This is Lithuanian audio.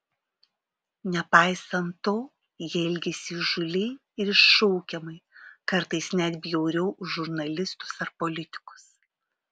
nepaisant to jie elgėsi įžūliai ir iššaukiamai kartais net bjauriau už žurnalistus ar politikus